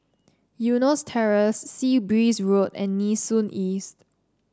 Eunos Terrace Sea Breeze Road and Nee Soon East